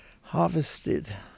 harvested